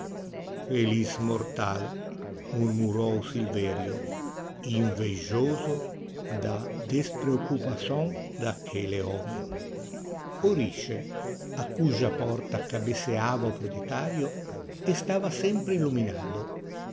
feliz mortal murmurou silverio invejoso da despreoccupação d'aquelle homem o riche a cuja porta cabeceava o proprietario estava sempre illuminado